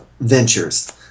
ventures